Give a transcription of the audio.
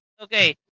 okay